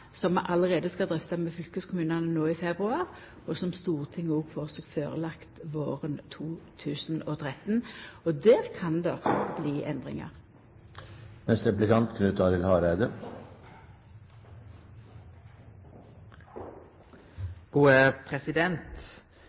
som vi allereie skal drøfta med fylkeskommunane no i februar, og som Stortinget òg får seg førelagd våren 2013. Og der kan det bli